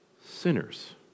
sinners